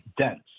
dense